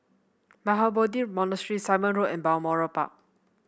Mahabodhi Monastery Simon Road and Balmoral Park